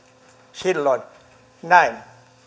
silloin näin